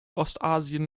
ostasien